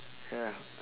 ya